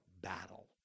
battle